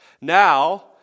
Now